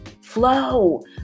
Flow